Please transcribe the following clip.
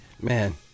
Man